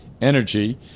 energy